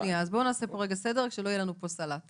בואו נעשה פה רגע סדר שלא יהיה לנו פה סלט.